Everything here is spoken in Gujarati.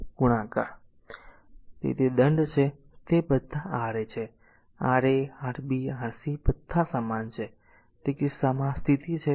તેથી આ તે છે જે દંડ છે તે બધા એ R a છે Ra Rb Rc બધા સમાન છે તો તે કિસ્સામાં આ સ્થિતિ છે